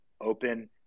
open